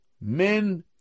men